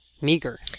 Meager